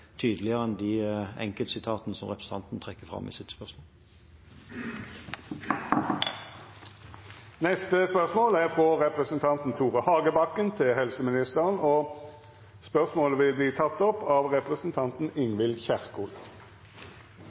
tydeligere enn de enkeltsitatene som representanten trekker fram i sitt spørsmål. Dette spørsmålet, frå representanten Tore Hagebakken til helseministeren, vert teke opp av representanten Ingvild Kjerkol.